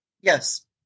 Yes